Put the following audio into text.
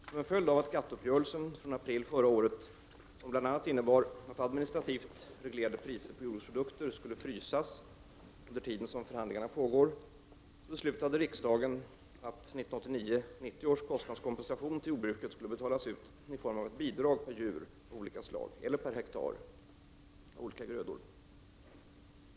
Som en följd av GATT-uppgörelsen från april förra året, som bl.a. innebar att administrativt reglerade priser på jordbruksprodukter skulle frysas under tiden som förhandlingarna pågår, beslutade riksdagen att 1989/90 års kostnadskompensation till jordbruket skulle betalas ut i form av ett bidrag per djur av olika slag eller per hektar av olika grödor.